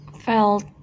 felt